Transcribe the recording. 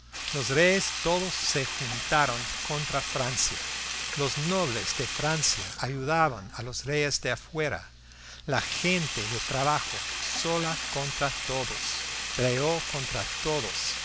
los reyes todos se juntaron contra francia los nobles de francia ayudaban a los reyes de afuera la gente de trabajo sola contra todos peleó contra todos